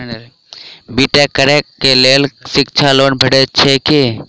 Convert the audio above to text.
B tech करै लेल शिक्षा लोन भेटय छै की?